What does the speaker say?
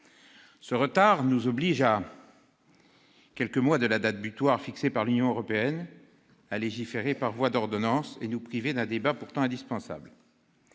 Ce retard nous oblige, à quelques mois de la date butoir fixée par l'Union européenne, à légiférer par voie d'ordonnances, contribuant à nous priver d'un débat pourtant indispensable.